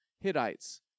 Hittites